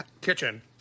kitchen